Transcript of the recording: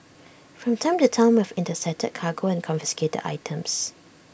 from time to time we have intercepted cargo and confiscated items